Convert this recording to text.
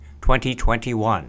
2021